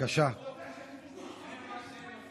לא קצין המוסר של צה"ל,